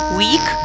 week